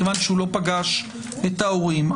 מכיוון שהוא לא פגש את ההורים,